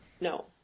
No